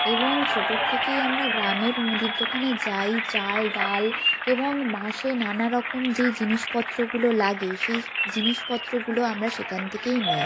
এবং ছোটোর থেকেই আমরা গ্রামের মুদির দোকানে যাই চাল ডাল এবং মাসে নানা রকম যেই জিনিসপত্রগুলো লাগে সেই জিনিসপত্রগুলো আমরা সেখান থেকেই নিই